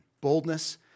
Boldness